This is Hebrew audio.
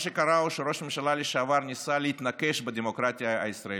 מה שקרה הוא שראש הממשלה לשעבר ניסה להתנקש בדמוקרטיה הישראלית.